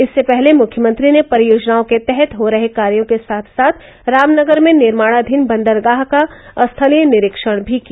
इससे पहले मुख्यमंत्री ने परियोजनाओं के तहत हो रहे कार्यों के साथ साथ रामनगर में निर्माणाधीन बंदरगाह का स्थलीय निरीक्षण भी किया